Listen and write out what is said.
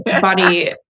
body